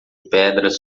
pedras